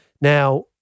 Now